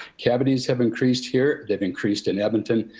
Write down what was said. cavities have increased here, they've increased in edmonton,